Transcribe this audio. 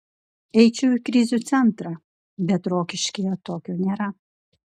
eičiau į krizių centrą bet rokiškyje tokio nėra